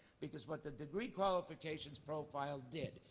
because what the degree qualifications profile did,